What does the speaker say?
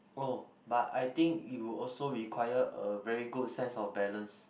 oh but I think you also require a very good sense of balance